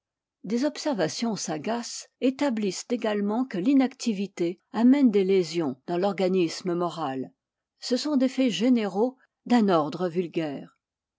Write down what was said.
des observations sagaces établissent également que l'inactivité amène des lésions dans l'organisme moral ce sont des faits généraux d'un ordre vulgaire